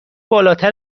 بالاتر